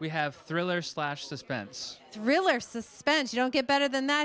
we have thriller slash suspense thriller suspense you don't get better than that